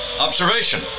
Observation